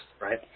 right